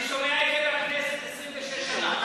אני שומע את זה בכנסת 26 שנה,